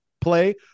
play